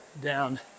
down